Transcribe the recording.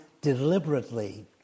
deliberately